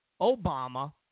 Obama